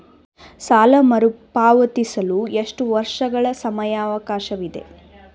ಸಾಲ ಮರುಪಾವತಿಸಲು ಎಷ್ಟು ವರ್ಷಗಳ ಸಮಯಾವಕಾಶವಿದೆ?